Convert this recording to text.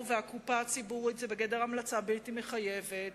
והקופה הציבורית זה בגדר המלצה בלתי מחייבת,